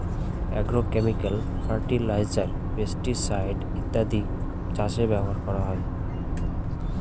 agrochemical fertiliser, pesticide ইত্যাদি চাষে ব্যবহার করা হয়